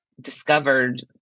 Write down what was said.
discovered